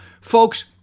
Folks